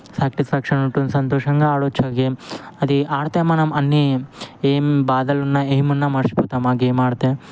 satisfaction ఉంటుంది సంతోషంగా ఆడొచ్చాగేమ్ అది ఆడితే మనం అన్నీ ఏం భాధలున్నా ఏమున్నా మర్చిపోతాము గేమ్ ఆడితే